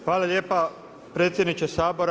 Hvala lijepa predsjedniče Sabora.